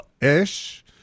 Ish